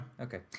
Okay